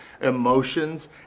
emotions